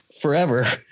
forever